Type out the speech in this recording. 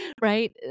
right